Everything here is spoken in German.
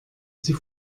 sie